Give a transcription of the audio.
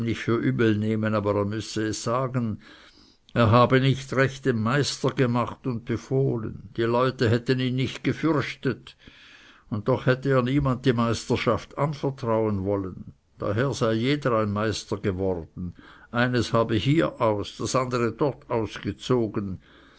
übel nehmen aber er müsse es sagen er habe nicht recht den meister gemacht und befohlen die leute hätten ihn nicht gefürchtet und doch hatte er niemand die meisterschaft anvertrauen wollen daher sei ein jeder meister geworden eins habe hieraus das andere dortaus